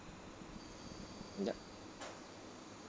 yup